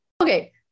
Okay